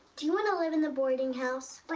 do you want to live in the boarding house?